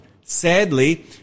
sadly